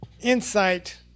insight